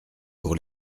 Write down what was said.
pour